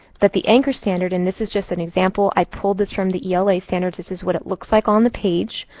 that the anchor standard and this is just an example. i pulled this from the ela standards. this is what it looks like on the page.